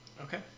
Okay